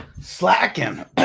slacking